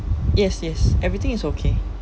yes yes everything is okay